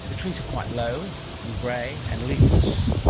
the trees are quite low and grey and leafless.